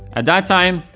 at that time,